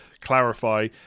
clarify